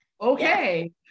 okay